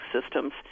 systems